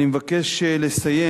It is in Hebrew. אני מבקש לסיים